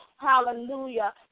Hallelujah